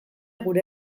gure